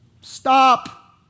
Stop